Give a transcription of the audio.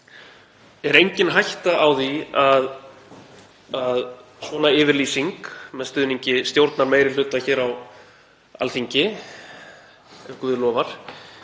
Er engin hætta á því að að svona yfirlýsing með stuðningi stjórnarmeirihluta hér á Alþingi, ef guð lofar,